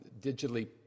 digitally